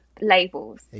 labels